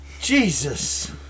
Jesus